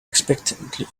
expectantly